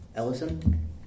Ellison